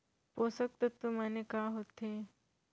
पोसक तत्व माने का होथे?